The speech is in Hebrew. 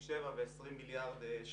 15.7 מיליארד ו-20 מיליארד שקלים בהתאמה.